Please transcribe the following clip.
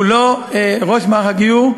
לא ראש מערך הגיור,